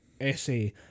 essay